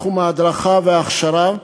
בתחום ההדרכה וההכשרה,